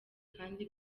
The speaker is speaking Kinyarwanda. kandi